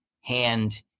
hand